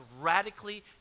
radically